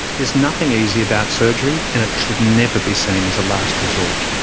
there's nothing easy about surgery and it should never be seen as a last resort.